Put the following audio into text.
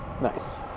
Nice